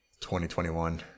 2021